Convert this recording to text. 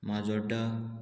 Majorda